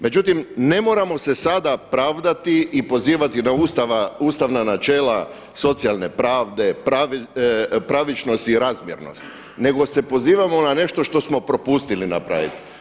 Međutim, ne moramo se sada pravdati i pozivati na ustavna načela socijalne pravde, pravičnost i razmjernost, nego se pozivamo na nešto što smo propustili napraviti.